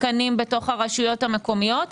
תקנים ברשויות המקומיות?